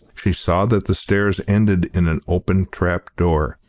she saw that the stairs ended in an open trap-door,